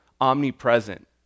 omnipresent